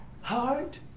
heart